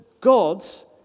God's